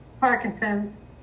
Parkinson's